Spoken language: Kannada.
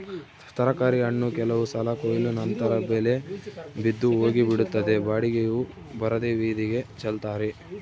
ತರಕಾರಿ ಹಣ್ಣು ಕೆಲವು ಸಲ ಕೊಯ್ಲು ನಂತರ ಬೆಲೆ ಬಿದ್ದು ಹೋಗಿಬಿಡುತ್ತದೆ ಬಾಡಿಗೆಯೂ ಬರದೇ ಬೀದಿಗೆ ಚೆಲ್ತಾರೆ